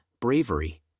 bravery